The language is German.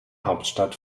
hauptstadt